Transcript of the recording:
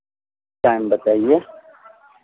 time बताइए